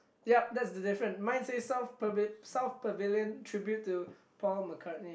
yup that's the different mine say South Pavilion Tribute to Paul McCartney